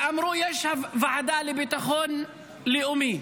ואמרו: יש ועדה לביטחון לאומי.